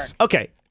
Okay